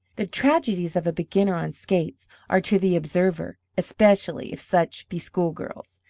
the tragedies of a beginner on skates are to the observers, especially if such be school-girls,